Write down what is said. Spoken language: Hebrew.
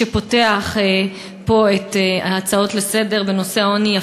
שפותח פה את ההצעות לסדר-היום בנושא העוני,